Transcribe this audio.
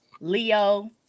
Leo